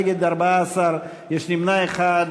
נגד, 14, יש נמנע אחד.